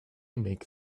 make